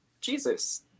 Jesus